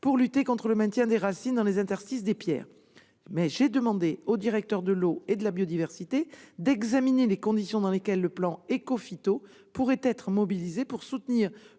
pour lutter contre le maintien des racines dans les interstices des pierres. J'ai demandé au directeur de l'eau et de la biodiversité d'examiner les conditions dans lesquelles le plan Écophyto pourrait être mobilisé pour soutenir